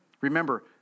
Remember